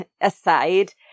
aside